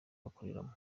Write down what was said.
bakoreramo